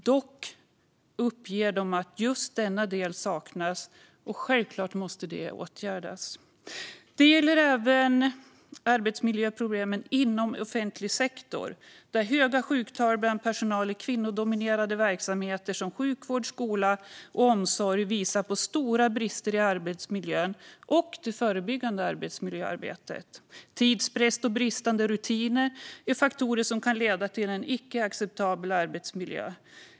Dock uppger de att just denna del saknas, och självklart måste det åtgärdas. Det gäller även arbetsmiljöproblemen inom offentlig sektor, där höga sjuktal bland personal i kvinnodominerade verksamheter som sjukvård, skola och omsorg visar på stora brister i arbetsmiljön och i det förebyggande arbetsmiljöarbetet. Tidspress och bristande rutiner är faktorer som kan leda till en icke acceptabel arbetsmiljö.